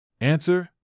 Answer